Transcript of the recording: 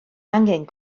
angen